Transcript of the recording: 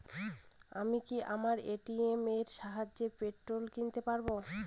আমি কি আমার এ.টি.এম এর সাহায্যে পেট্রোল কিনতে পারব?